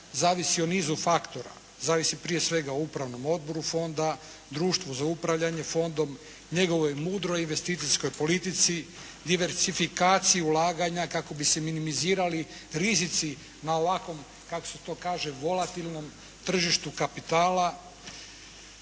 zavisi o nizu faktora, zavisi prije svega o Upravnom fondu Fonda, društvu za upravljanje Fondom, njegovoj mudroj investicijskoj politici, divertifikaciji ulaganja kako bi se minimizirali rizici na ovakvom, kako se to kaže volativnom tržištu kapitala,